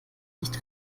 nicht